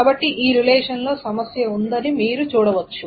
కాబట్టి ఈ రిలేషన్లో సమస్య ఉందని మీరు చూడవచ్చు